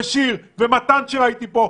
שיר ומתן שראיתי פה,